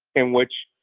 in which,